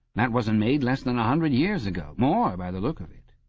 that wasn't made less than a hundred years ago. more, by the look of it